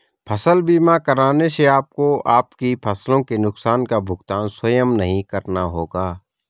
फसल बीमा कराने से आपको आपकी फसलों के नुकसान का भुगतान स्वयं नहीं करना होगा